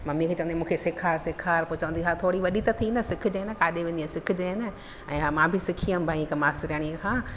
mummy खे चवंदी मूंखे सेखारि सेखारि पोइ चवंदी हा थोरी वॾी थी न सिखिजांइ न किथे वेंदीअं सिखिजांइ न ऐं मां बि सिखीअमि भई हिकु मास्तरियाणीअ खां